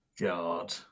God